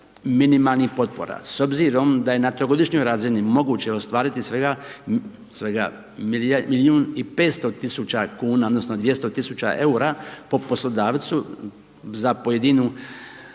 minimalnih potpora. S obzirom da je na trogodišnjoj razini moguće ostvariti svega milijun i 500 tisuća kn, odnosno, 200 tisuća eura, po poslodavcu za pojedinu